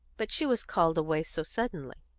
but she was called away so suddenly.